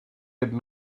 had